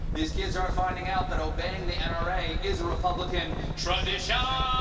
these kids are finding out that obeying the n r a. is a republican traditiooonnn!